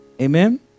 amen